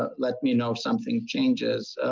ah let me know if something changes.